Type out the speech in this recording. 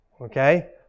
okay